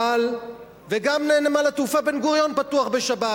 וגם נמל התעופה בן-גוריון פתוח בשבת.